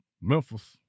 Memphis